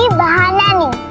my mom